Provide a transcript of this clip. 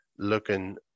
looking